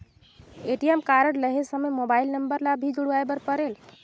ATM card लहे समय mobile number ला भी जुड़वाए बर परेल?